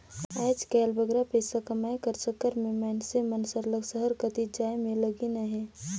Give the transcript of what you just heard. आएज काएल बगरा पइसा कमाए कर चक्कर में मइनसे मन सरलग सहर कतिच जाए में लगिन अहें